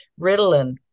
Ritalin